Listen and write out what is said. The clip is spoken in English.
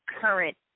current